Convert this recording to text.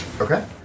Okay